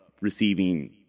receiving